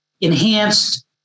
enhanced